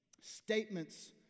statements